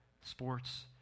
sports